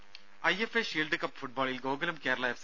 ദേദ IFA shield cup ഫുട്ബോളിൽ Gokulam Kerala F